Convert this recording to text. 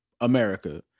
America